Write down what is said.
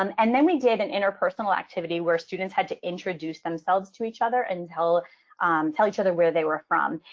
um and then we did an interpersonal activity where students had to introduce themselves to each other and tell tell each other where they were from.